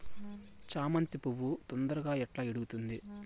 చామంతి పువ్వు తొందరగా ఎట్లా ఇడుగుతుంది?